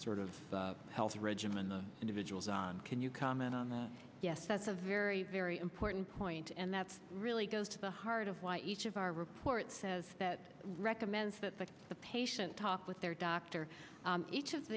sort of health regimen the individuals on can you comment on that yes that's a very very important point and that's really goes to the heart of why each of our report says that recommends that the patient talk with their doctor each of